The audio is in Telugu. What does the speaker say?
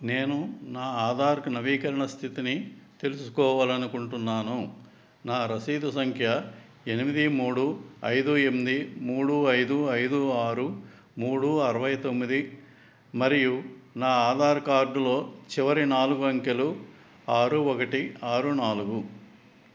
నేను నా ఆధార్కు నవీకరణ స్థితిని తెలుసుకోవాలి అనుకుంటున్నాను నా రసీదు సంఖ్య ఎనిమిది మూడు ఐదు ఎనిమిది మూడు ఐదు ఐదు ఆరు మూడు అరవై తొమ్మిది మరియు నా ఆధార్ కార్డులో చివరి నాలుగు అంకెలు ఆరు ఒకటి ఆరు నాలుగు